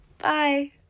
Bye